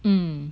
mm